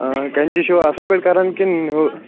آ کٮ۪نچی چھُوا اَصٕل پٲٹھۍ کران کِنہٕ ہُہ